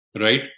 right